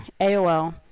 AOL